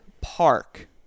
park